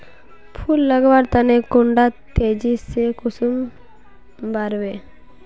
फुल लगवार तने कुंडा तेजी से कुंसम बार वे?